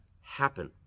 happen